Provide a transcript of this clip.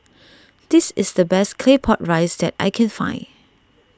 this is the best Claypot Rice that I can find